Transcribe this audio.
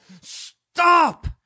stop